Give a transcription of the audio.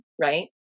Right